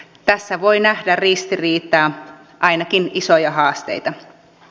tässä voi nähdä ristiriitaa ainakin isoja haasteita